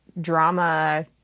drama